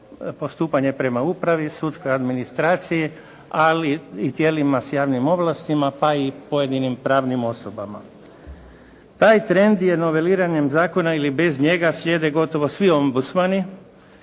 postupanje prema upravi, sudskoj administraciji, ali i tijelima s javnim ovlastima pa i pojedinim pravnim osobama. Taj trend je niveliranjem zakona ili bez njega slijede gotovo svi ombudsmani